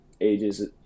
ages